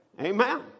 Amen